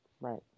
Right